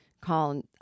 call